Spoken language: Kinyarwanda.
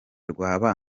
rwaba